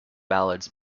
ballads